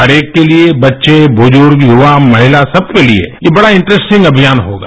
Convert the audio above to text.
हर एक के लिए बच्चे बुजुर्ग युवा महिला सब के लिए ये बड़ा इन्ट्रसटिंग अभियान होगा